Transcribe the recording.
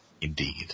Indeed